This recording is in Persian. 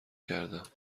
کردم